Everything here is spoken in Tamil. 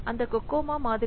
அந்த கோகோமோ மாதிரி